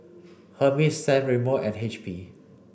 Hermes San Remo and H P